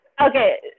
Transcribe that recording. Okay